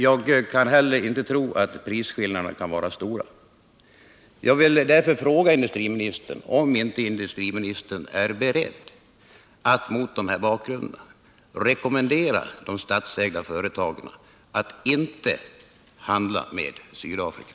Jag kan heller inte tro att prisskillnaderna skulle vara stora. beredd att rekommendera de statsägda företagen att inte handla med Sydafrika.